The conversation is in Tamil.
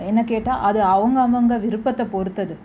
என்னை கேட்டால் அது அவங்கவுங்க விருப்பத்தை பொறுத்தது